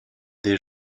des